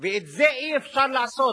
ואת זה אי-אפשר לעשות